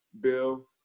Bill